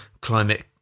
climate